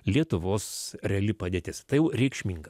lietuvos reali padėtis tai jau reikšminga